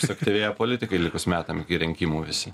suaktyvėja politikai likus metam iki rinkimų visi